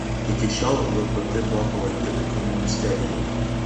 iki šiol vpt buvo pavaldi ūkio ministerijai